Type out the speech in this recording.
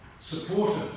supported